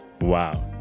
wow